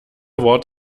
wort